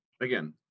again